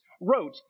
wrote